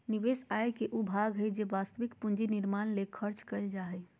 निवेश आय के उ भाग हइ जे वास्तविक पूंजी निर्माण ले खर्च कइल जा हइ